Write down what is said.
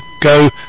go